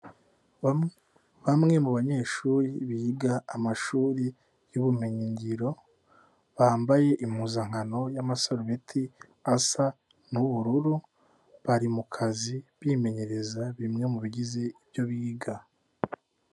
Bamwe bamwe mu banyeshuri biga amashuri y'ubumenyingiro bambaye impuzankano y'amasarubeti asa n'ubururu bari mu kazi bimenyereza bimwe mu bigize ibyo biga.